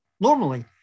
normally